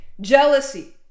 jealousy